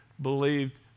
believed